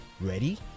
Ready